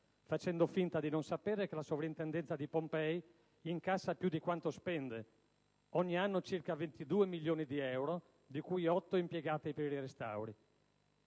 facendo finta di non sapere che la soprintendenza di Pompei incassa più di quanto spende: ogni anno circa 22 milioni di euro, di cui 8 impiegati per i restauri.